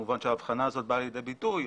המובן שההבחנה הזו באה לידי ביטוי.